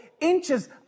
inches